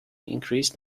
increased